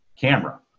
camera